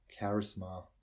charisma